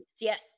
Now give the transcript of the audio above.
yes